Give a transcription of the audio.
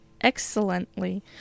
excellently